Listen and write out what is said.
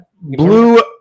Blue